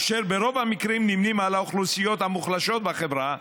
אשר ברוב המקרים נמנים עם האוכלוסיות המוחלשות בחברה,